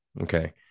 Okay